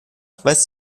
weißt